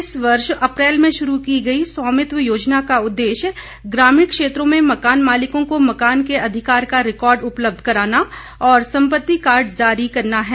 इस वर्ष अप्रैल में शुरू की गई स्वामित्व योजना का उदेश्य ग्रामीण क्षेत्रों में मकान मालिकों को मकान के अधिकार का रिकॉर्ड उपलब्ध कराना और संपत्ति कार्ड जारी करना है